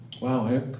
Wow